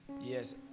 Yes